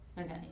Okay